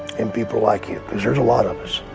and people like you cause there's a lot of us.